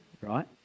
Right